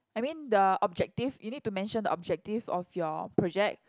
I mean the objective you need to mention the objective of your project